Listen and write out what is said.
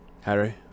Harry